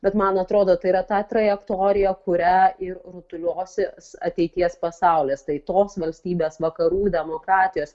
bet man atrodo tai yra ta trajektorija kuria ir rutuliosis ateities pasaulis tai tos valstybės vakarų demokratijos